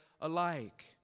alike